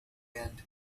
and